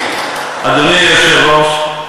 לא מפסיקים אותו.